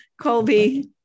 Colby